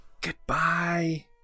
Goodbye